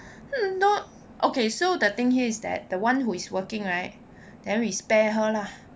hmm not okay so the thing here is that the one who is working right then we spare her lah